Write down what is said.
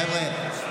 חבר'ה,